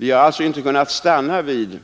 Vi har alltså inte stannat vid